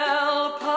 Help